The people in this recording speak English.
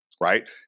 right